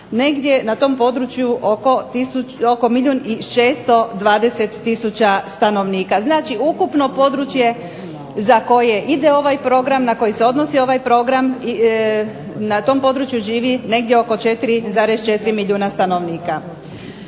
negdje na tom području oko milijun i 620 tisuća stanovnika. Znači ukupno područje na koje se odnosi ovaj Program na tom području živi negdje oko 4,4 milijuna stanovnika.